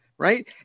Right